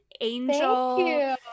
angel